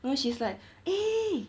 you know she's like eh